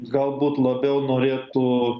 galbūt labiau norėtų